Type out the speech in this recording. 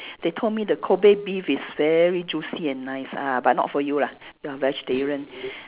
they told me the Kobe beef is very juicy and nice ah but not for you lah you are vegetarian